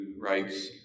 writes